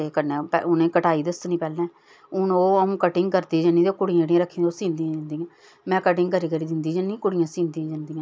कन्नै उ'नेंगी कटाई दस्सनी पैह्लैं हून ओह् आ'ऊ कट्टिंग करदी ज'न्नी ते कुड़ियां जेह्ड़ियां रक्खी दियां सींदी जंदियां में कटिंग करियै दिंदी ज'न्नी कुड़ियां सींदियां जंदियां